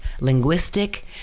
linguistic